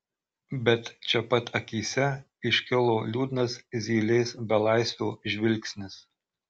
bet čia pat akyse iškilo liūdnas zylės belaisvio žvilgsnis